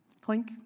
Clink